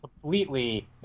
completely